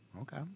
okay